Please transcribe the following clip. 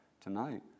tonight